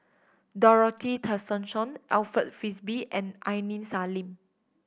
Dorothy Tessensohn Alfred Frisby and Aini Salim